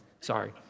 Sorry